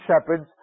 shepherds